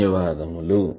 ధన్యవాదములు